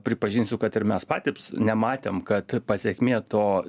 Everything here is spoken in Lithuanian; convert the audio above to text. pripažinsiu kad ir mes patyps nematėm kad pasekmė to